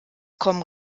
kommen